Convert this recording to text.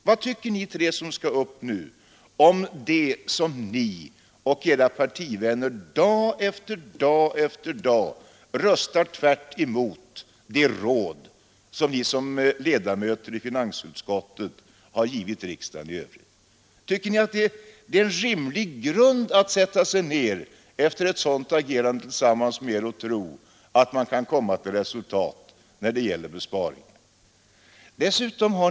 Vad tycker ni tre som skall upp nu om att ni och era partivänner dag efter dag röstar tvärtemot de råd som vi som ledamöter av finansutskottet har givit riksdagen i övrigt? Tycker ni att det är rimligt att vi efter ett sådant argumenterande skall kunna sätta oss ned tillsammans med er och tro att man skall kunna uppnå resultat när det gäller besparingar?